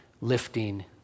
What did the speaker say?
lifting